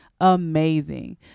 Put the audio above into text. Amazing